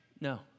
No